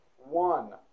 One